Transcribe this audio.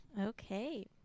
Okay